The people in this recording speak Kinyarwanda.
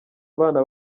abana